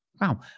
wow